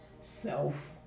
self